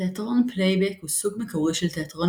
תיאטרון פלייבק הוא סוג מקורי של תיאטרון